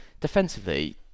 defensively